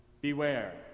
Beware